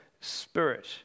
spirit